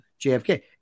JFK